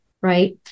right